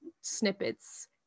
snippets